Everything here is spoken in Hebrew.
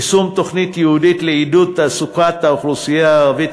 יישום תוכנית ייעודית לעידוד תעסוקת האוכלוסייה הערבית,